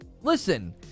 Listen